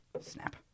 Snap